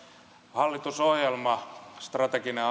hallitusohjelma strateginen